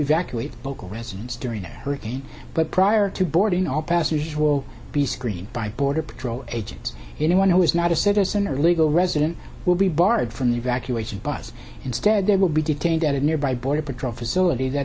evacuate local residents during a hurricane but prior to boarding all passengers will be screened by border patrol agents anyone who is not a citizen or legal resident will be barred from the evacuation bus instead they will be detained at a nearby border patrol facility that